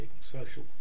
social